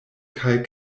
kaj